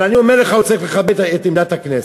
אבל אני אומר לך, הוא צריך לכבד את עמדת הכנסת,